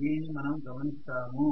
దీనిని మనం గమనిస్తాము